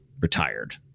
retired